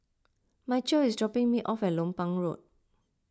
Mychal is dropping me off at Lompang Road